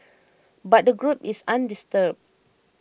but the group is undisturbed